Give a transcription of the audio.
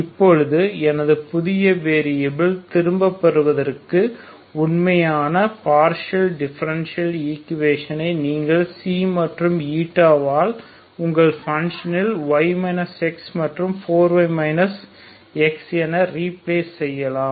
இப்போது எனது புதிய வெரியபில் திரும்பப் பெறுவதற்கு உண்மையான பார்ஷியல் டிஃபரண்டஷியல் ஈக்வடேசனை நீங்கள் மற்றும் ஆல் உங்கள் பன்ஷனில் y x மற்றும் 4y x என ரீப்லெஸ் செய்யலாம்